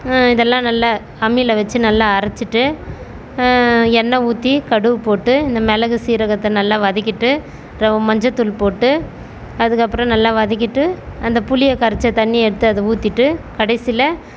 இதெல்லாம் நல்லா அம்மியில் வச்சி நல்லா அரைச்சிட்டு எண்ணெய் ஊற்றி கடுகு போட்டு இந்த மிளகு சீரகத்தை நல்லா வதக்கிட்டு ரவ மஞ்சள் தூள் போட்டு அதுக்கப்புறம் நல்லா வதக்கிவிட்டு அந்த புளியை கரைச்ச தண்ணி எடுத்து அதை ஊற்றிட்டு கடைசியில்